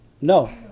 No